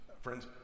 Friends